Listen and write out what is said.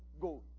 go